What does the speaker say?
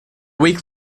week